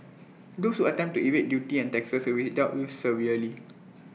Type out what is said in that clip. those who attempt to evade duty and taxes will be dealt with severely